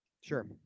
Sure